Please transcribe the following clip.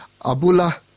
Abula